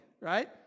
right